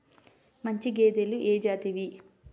మంచి గేదెలు ఏ జాతివి?